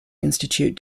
institute